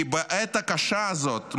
כי בעת הקשה הזאת,